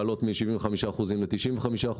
לעלות מ-75% ל-95%.